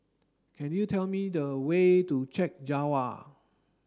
could you tell me the way to Chek Jawa